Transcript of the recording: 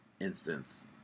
instance